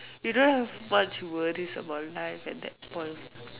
you don't have much worries about life at that point of time